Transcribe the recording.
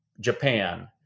Japan